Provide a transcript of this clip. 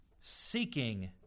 seeking